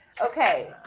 Okay